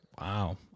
wow